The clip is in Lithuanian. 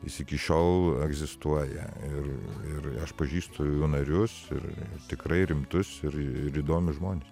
jis iki šiol egzistuoja ir ir aš pažįstu jų narius ir tikrai rimtus ir ir įdomius žmones